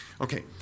Okay